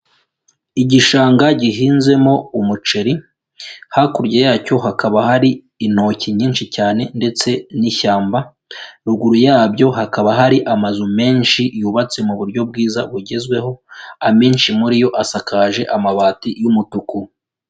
Igishanga gihinzemo umuceri, hakurya yacyo hakaba hari intoki nyinshi cyane ndetse n'ishyamba, ruguru yabyo hakaba hari amazu menshi yubatse mu buryo bwiza bugezweho, amenshi muri yo asakaje amabati y'umutuku.